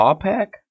Pack